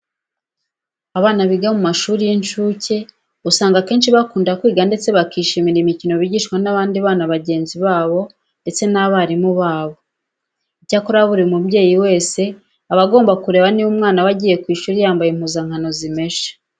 Abana biga mu mashuri y'incuke usanga akenshi bakunda kwiga ndetse bakishimira imikino bigishwa n'abandi bana bagenzi babo ndetse n'abarimu babo. Icyakora buri mubyeyi wese aba agomba kureba niba umwana we agiye ku ishuri yambaye impuzankano zimeshe.